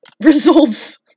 results